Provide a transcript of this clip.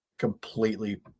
completely